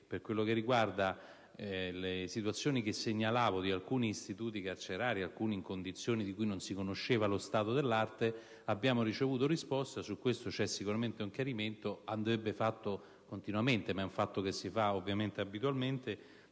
Per quanto riguarda le situazioni che segnalavo di alcuni istituti carcerari, alcuni in condizioni di cui non si conosceva lo stato dell'arte, abbiamo ricevuto risposta e su questo c'è sicuramente un chiarimento (andrebbe fatto continuamente, d'abitudine); di alcune